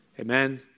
Amen